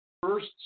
first